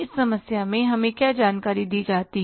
इस समस्या में हमें क्या जानकारी दी जाती है